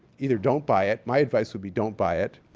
either don't buy it. my advice would be don't buy it.